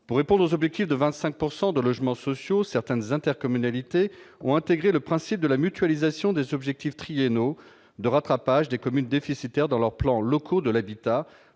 pour répondre aux objectifs de 25 pourcent de de logements sociaux, certaines intercommunalités ont intégré le principe de la mutualisation des objectifs trier nos de rattrapage des communes déficitaires dans leurs plans locaux de l'habitat